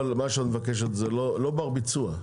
אבל מה שאת מבקשת זה לא בר ביצוע,